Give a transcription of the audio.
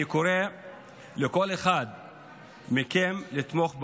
אני קורא לכל אחד מכם לתמוך בה,